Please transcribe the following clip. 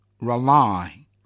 rely